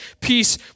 peace